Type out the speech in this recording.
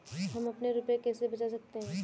हम अपने रुपये कैसे बचा सकते हैं?